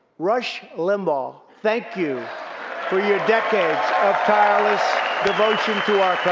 rush limbaugh, thank you for your decades of tireless devotion to our